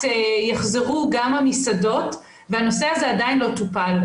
יחזרו גם המסעדות והנושא הזה עדיין לא טופל.